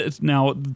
Now